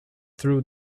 through